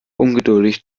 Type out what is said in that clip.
ungeduldig